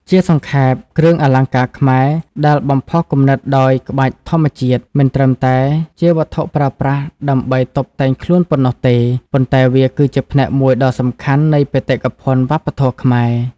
ជាសង្ខេប គ្រឿងអលង្ការខ្មែរដែលបំផុសគំនិតដោយក្បាច់ធម្មជាតិ មិនត្រឹមតែជាវត្ថុប្រើប្រាស់ដើម្បីតុបតែងខ្លួនប៉ុណ្ណោះទេ ប៉ុន្តែវាគឺជាផ្នែកមួយដ៏សំខាន់នៃបេតិកភណ្ឌវប្បធម៌ខ្មែរ។